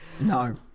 No